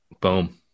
Boom